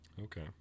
Okay